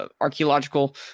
archaeological